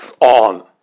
on